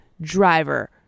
driver